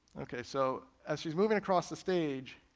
okay so, as she's moving across the stage,